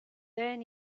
then